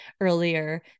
earlier